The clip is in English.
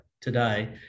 today